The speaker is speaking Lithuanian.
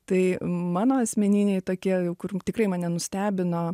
tai mano asmeniniai tokie kur tikrai mane nustebino